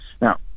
Now